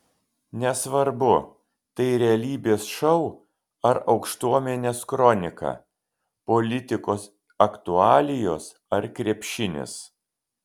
nesvarbu tai realybės šou ar aukštuomenės kronika politikos aktualijos ar krepšinis